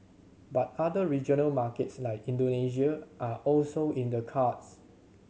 but other regional markets like Indonesia are also in the cards